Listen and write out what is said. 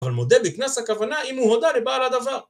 אבל מודה בקנס הכוונה אם הוא הודע לבעל הדבר